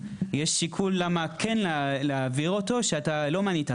יש שיקול למה כן להעביר אותו שאתה לא מנית,